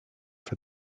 for